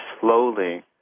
slowly